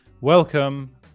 Welcome